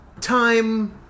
time